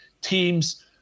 teams